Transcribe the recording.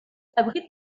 abrite